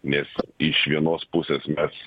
nes iš vienos pusės mes